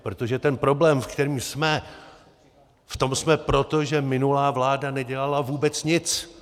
Protože ten problém, ve kterém jsme, v tom jsme proto, že minulá vláda nedělala vůbec nic.